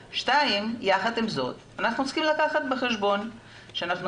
יחד עם זאת אנחנו צריכים לקחת בחשבון שאנחנו